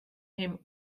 him